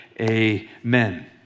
amen